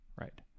right